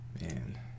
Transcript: Man